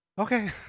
Okay